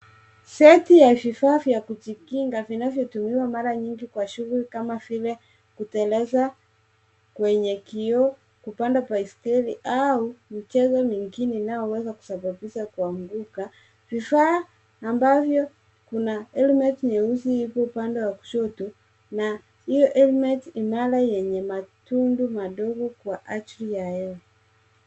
Seti ya vifaa vya kujikinga vinavyotumiwa mara nyingi kwa shughuli kama vile kuteleza kwenye kioo, kupanda baisikeli au michezo mingine inayoweza kusababisha kuanguka. Vifaa ambavyo kuna(cs) helmet(cs) nyeusi ikiwa upande wa kushoto na hio helmet imara yenye matundu madogo kwa ajili ya hewa.